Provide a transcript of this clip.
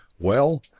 well,